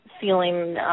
feeling